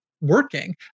working